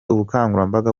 ubukangurambaga